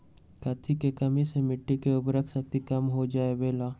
कथी के कमी से मिट्टी के उर्वरक शक्ति कम हो जावेलाई?